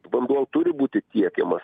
vanduo turi būti tiekiamas